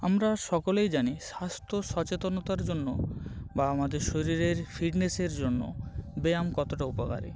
আমরা সকলেই জানি স্বাস্থ্য সচেতনতার জন্য বা আমাদের শরীরের ফিটনেসের জন্য ব্যায়াম কটা উপকারী